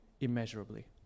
immeasurably